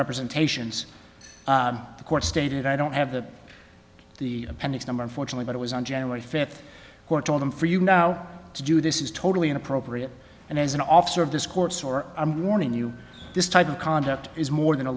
representations the court stated i don't have the the appendix number unfortunately but it was on january fifth who told him for you now to do this is totally inappropriate and as an officer of discourse or i'm warning you this type of conduct is more than a